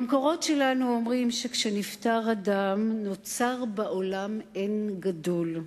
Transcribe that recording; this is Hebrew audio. במקורות שלנו אומרים שכשנפטר אדם נוצר בעולם אין גדול.